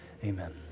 Amen